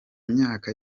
myaka